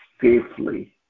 safely